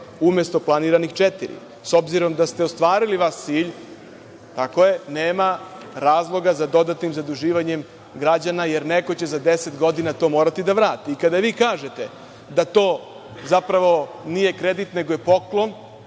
umesto planiranih 4%. S obzirom da ste ostvarili vaš cilj nema razloga za dodatnim zaduživanjem građana jer neko će za 10 godina to morati da vrati. Kada vi kažete da to zapravo nije kredit, nego poklon,